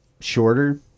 shorter